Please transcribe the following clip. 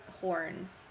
horns